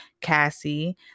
Cassie